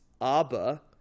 ABBA